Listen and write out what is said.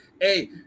Hey